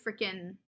freaking